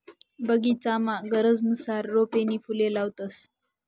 बगीचामा गरजनुसार रोपे नी फुले लावतंस